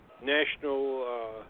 national